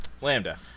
Lambda